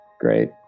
Great